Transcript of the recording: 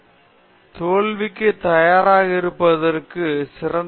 பேராசிரியர் பிரதாப் ஹரிதாஸ் தோல்விக்குத் தயாராக இருப்பதற்கு சிறந்தது